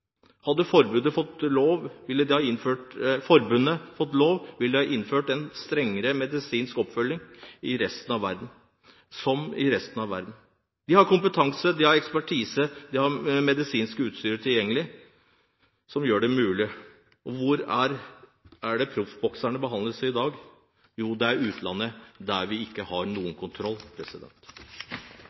Hadde forbundet fått lov, ville de ha innført en strengere medisinsk oppfølging enn resten av verden. De har kompetanse, de har ekspertise, og de har medisinsk utstyr tilgjengelig som gjør det mulig. Og hvor er det proffbokserne behandles i dag? Jo, det er i utlandet, der vi ikke har noen kontroll.